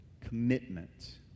commitment